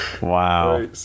Wow